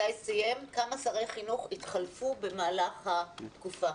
מתי סיים, כמה שרי חינוך התחלפו במהלך התקופה.